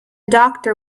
doctor